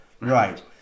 Right